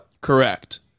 Correct